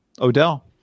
Odell